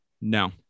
No